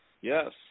yes